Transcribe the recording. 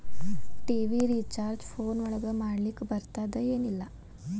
TV recharge phone ಒಳಗ ಮಾಡ್ಲಿಕ್ ಬರ್ತಾದ ಏನ್ ಇಲ್ಲ?